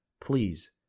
please